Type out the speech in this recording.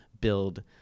build